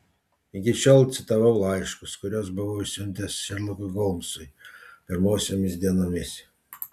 iki šiol citavau laiškus kuriuos buvau išsiuntęs šerlokui holmsui pirmosiomis dienomis